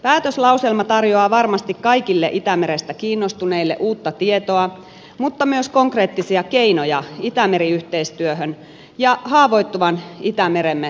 päätöslauselma tarjoaa varmasti kaikille itämerestä kiinnostuneille uutta tietoa mutta myös konkreettisia keinoja itämeri yhteistyöhön ja haavoittuvan itämeremme suojelemiseksi